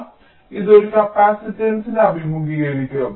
അതിനാൽ ഇതും ഒരു കപ്പാസിറ്റൻസിനെ അഭിമുഖീകരിക്കും